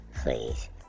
Please